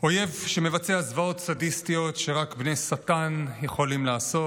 אויב שמבצע זוועות סדיסטיות שרק בני שטן יכולים לעשות.